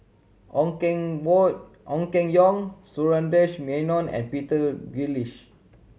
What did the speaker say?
Ong Keng Wong Ong Keng Yong Sundaresh Menon and Peter